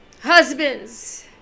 husbands